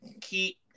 keep